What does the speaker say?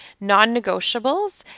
Non-negotiables